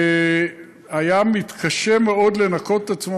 והים מתקשה מאוד לנקות את עצמו,